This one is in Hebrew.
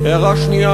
הערה שנייה,